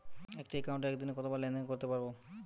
একটি একাউন্টে একদিনে কতবার লেনদেন করতে পারব?